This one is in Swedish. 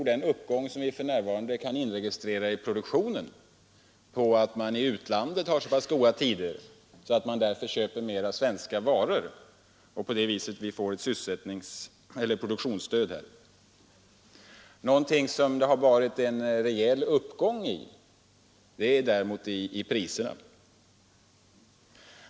Den uppgång vi för närvarande kan inregistrera i produktionen beror för övrigt på att man i utlandet har så pass goda tider att man dä för köper mera svenska varor; det är därför som vi får ett produktionsstöd här i landet. Någonting som däremot haft en rejäl uppgång är priserna.